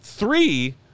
Three